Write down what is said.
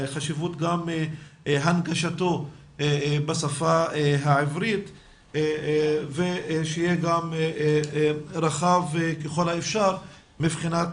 חשיבות גם הנגשתו בשפה העברית ושיהיה גם רחב ככל האפשר מבחינת